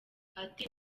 ati